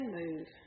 move